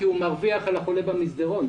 כי הוא מרוויח על החולה במסדרון.